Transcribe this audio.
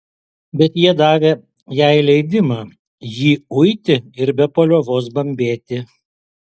bet jie davė jai leidimą jį uiti ir be paliovos bambėti